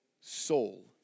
soul